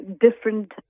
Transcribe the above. different